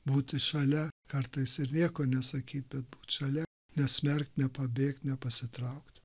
būti šalia kartais ir nieko nesakyt bet būt šalia nesmerk nepabėk nepasitrauk